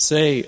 Say